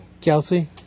Kelsey